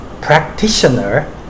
practitioner